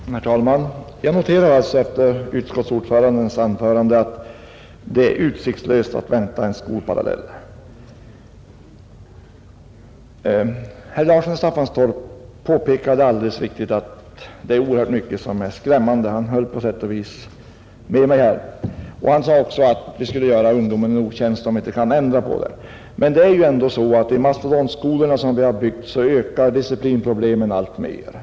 Herr talman! Jag noterar efter utskottsordförandens anförande att det är utsiktlöst att vänta en skolparallell. Herr Larsson i Staffanstorp påpekade alldeles riktigt att det är oerhört mycket som är skrämmande — han höll på sätt och vis med mig här — och han sade också att vi gör ungdomen en otjänst om vi inte kan ändra på det. Men det är ju ändå så i mastodontskolorna som vi har byggt att disciplinproblemen ökar alltmer.